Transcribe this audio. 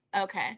okay